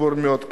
סיפור מאוד קשה,